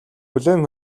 хүлээн